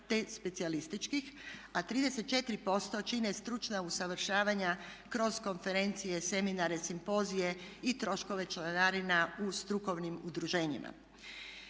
te specijalističkih, a 34% čine stručna usavršavanja kroz konferencije, seminare, simpozije i troškove članarina u strukovnim udruženjima.